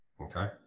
Okay